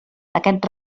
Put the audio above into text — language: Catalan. aquest